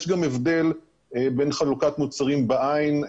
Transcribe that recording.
יש גם הבדל בין חלוקת מוצרים בעין,